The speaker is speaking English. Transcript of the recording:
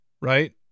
right